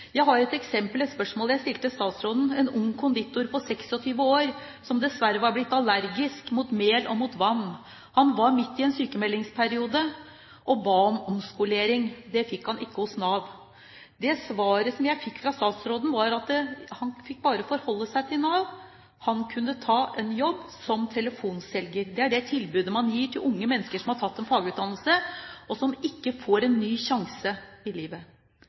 Jeg har et eksempel, med et spørsmål jeg stilte statsråden: En ung konditor på 26 år var dessverre blitt allergisk mot mel og vann. Han var midt i en sykmeldingsperiode og ba om omskolering. Det fikk han ikke hos Nav. Det svaret jeg fikk fra statsråden, var at han fikk bare forholde seg til Nav. Han kunne ta en jobb som telefonselger. Det er det tilbudet man gir til unge mennesker som har tatt en fagutdannelse, og som ikke får en ny sjanse i livet.